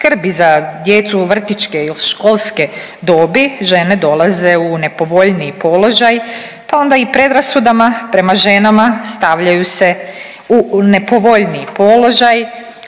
skrbi za djecu vrtićke ili školske dobi žene dolaze u nepovoljniji položaj, pa onda i predrasudama prema ženama stavljaju se u nepovoljniji položaj,